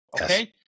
Okay